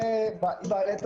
האחרונה והקו